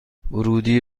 ورودی